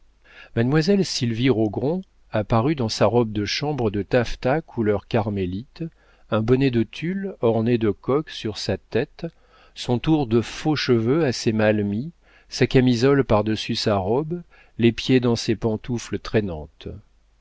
mademoiselle sylvie rogron apparut dans sa robe de chambre de taffetas couleur carmélite un bonnet de tulle orné de coques sur sa tête son tour de faux cheveux assez mal mis sa camisole par-dessus sa robe les pieds dans ses pantoufles traînantes